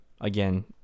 again